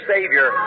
Savior